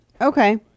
okay